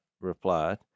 replied